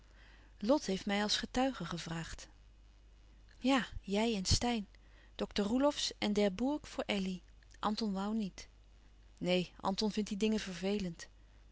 lot heeft mij als getuige gevraagd ja jij en steyn dokter roelofsz en d'herbourg voor elly anton woû niet neen anton vindt die dingen vervelend